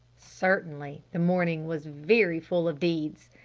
certainly the morning was very full of deeds!